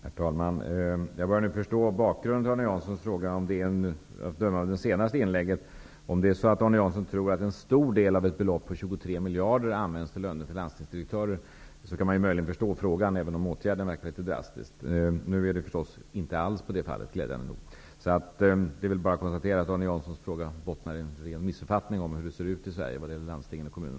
Herr talman! Jag börjar förstå bakgrunden till Arne Jansson tror att en stor del av beloppet på 23 miljarder kronor används till löner för landstingens direktörer kan man möjligen förstå frågan, även om åtgärden verkar litet drastisk. Nu är det glädjande nog inte så. Det är bara att konstatera att Arne Janssons fråga bottnar i en ren missuppfattning om hur det ser ut i landsting och kommuner.